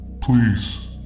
Please